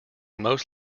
most